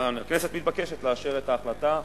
הכנסת מתבקשת לאשר את ההחלטה.